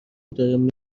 داره